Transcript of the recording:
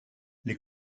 les